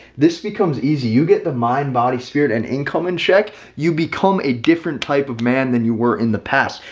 this becomes easy you get the mind body spirit and income and check you become a different type of man than you were in the past.